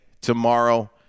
tomorrow